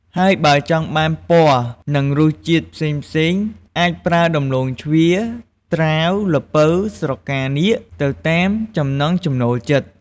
ហើយបើចង់បានពណ៌ និងរសជាតិផេ្សងៗអាចប្រើ ដំឡូងជ្វា ត្រាវ ល្ពៅ ស្រកានាគ ទៅតាមចំណង់ចំណូលចិត្ត។